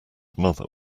mother